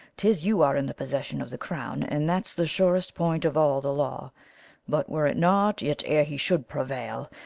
tis you are in the possession of the crown, and that's the surest point of all the law but, were it not, yet ere he should prevail,